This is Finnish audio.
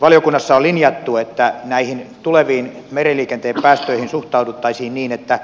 valiokunnassa on linjattu että näihin tuleviin meriliikenteen päästöihin suhtauduttaisiin niin että